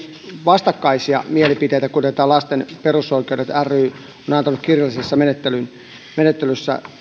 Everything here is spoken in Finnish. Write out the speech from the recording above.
vastakkaisia mielipiteitä esimerkiksi tämä lasten perusoikeudet ry on antanut kirjallisessa menettelyssä